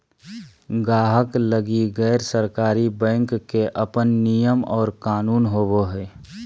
गाहक लगी गैर सरकारी बैंक के अपन नियम और कानून होवो हय